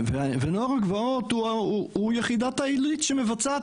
ונוער הגבעות הוא יחידת העילית שמבצעת